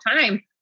time